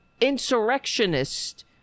insurrectionist